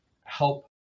help